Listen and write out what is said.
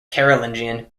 carolingian